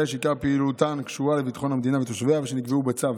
שעיקר פעילותן קשורה לביטחון המדינה ותושביה ושנקבעו בצו.